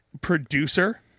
producer